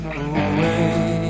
away